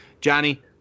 Johnny